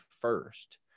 first